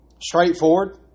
straightforward